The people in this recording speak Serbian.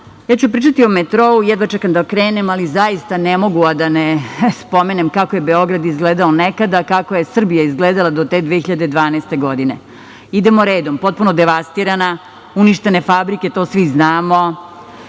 ću pričati o metrou. Jedva čekam da krene, ali zaista ne mogu a da ne spomenem kako je Beograd izgledao nekada, kako je Srbija izgledala do te 2012. godine. Idemo redom – potpuno devastirana, uništene fabrike, to svi znamo,